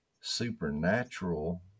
supernatural